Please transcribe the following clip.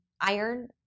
Iron